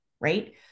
right